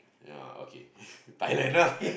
ya okay Thailand ah